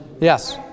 yes